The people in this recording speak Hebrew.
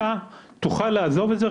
אתה תוכל לעזוב את זה,